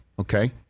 okay